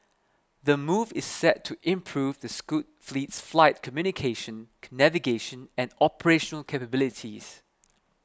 the move is set to improve the scoot fleet's fly communication navigation and operational capabilities